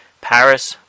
Paris